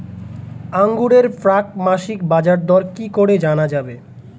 আঙ্গুরের প্রাক মাসিক বাজারদর কি করে জানা যাবে?